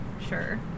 Sure